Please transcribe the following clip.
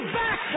back